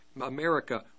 America